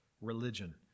religion